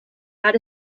had